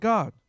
God，